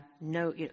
no